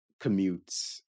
commutes